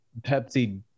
pepsi